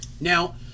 Now